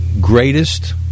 greatest